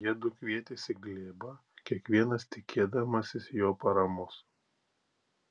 jiedu kvietėsi glėbą kiekvienas tikėdamasis jo paramos